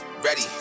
Ready